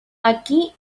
aquí